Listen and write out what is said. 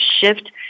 shift